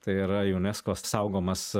tai yra unesco saugomas